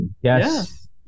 Yes